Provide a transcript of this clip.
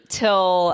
till